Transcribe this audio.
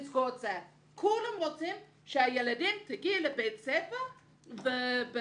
כולם רוצים שהילדים יגיעו לבית הספר בביטחון.